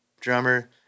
drummer